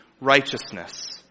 righteousness